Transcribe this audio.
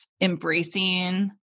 embracing